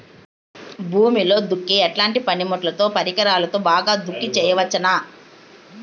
భూమిలో దుక్కి ఎట్లాంటి పనిముట్లుతో, పరికరాలతో బాగా దుక్కి చేయవచ్చున?